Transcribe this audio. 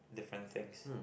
different things